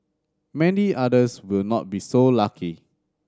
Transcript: many others will not be so lucky